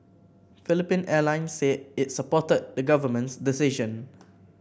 Philippine Airlines said it supported the government's decision